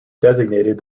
designated